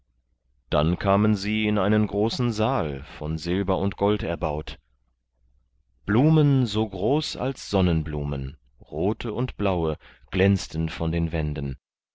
dann kamen sie in einen großen saal von silber und gold erbaut blumen so groß als sonnenblumen rote und blaue glänzten von den wänden